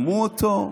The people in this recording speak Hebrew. שמעו אותו?